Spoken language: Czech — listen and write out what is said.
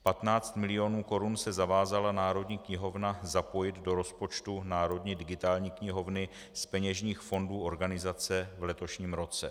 15 milionů korun se zavázala Národní knihovna zapojit do rozpočtu Národní digitální knihovny z peněžních fondů organizace v letošním roce.